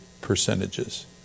percentages